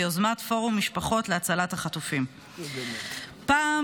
ביוזמת פורום משפחות להצלת החטופים: פעם